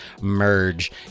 merge